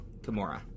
Kimura